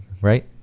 right